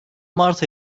mart